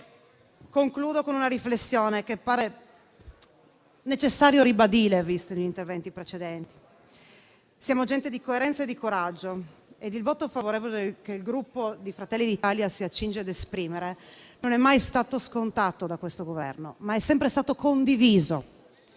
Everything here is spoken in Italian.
azioni. Concludo con una riflessione che sembra necessario ribadire, visti gli interventi precedenti. Siamo gente di coerenza e di coraggio e il voto favorevole che il Gruppo Fratelli d’Italia si accinge a esprimere non è mai stato dato per scontato da questo Governo, ma è sempre stato condiviso